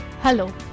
Hello